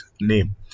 name